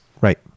Right